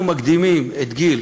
אנחנו מקדימים את גיל